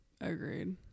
agreed